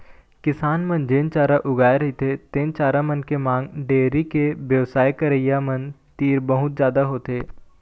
किसान मन जेन चारा उगाए रहिथे तेन चारा मन के मांग डेयरी के बेवसाय करइया मन तीर बहुत जादा होथे